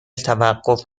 توقف